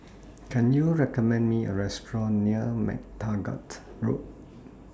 Can YOU recommend Me A Restaurant near MacTaggart Road